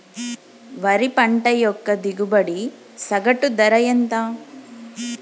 వరి పంట యొక్క దిగుబడి సగటు ధర ఎంత?